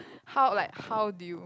how like how do you